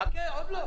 חכה, עוד לא.